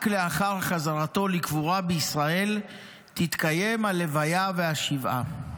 רק לאחר חזרתו לקבורה בישראל יתקיימו הלוויה ושבעה.